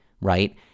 right